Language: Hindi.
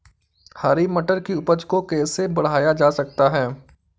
हरी मटर की उपज को कैसे बढ़ाया जा सकता है?